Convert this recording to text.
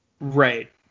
right